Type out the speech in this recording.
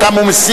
שאותם הוא מסיר,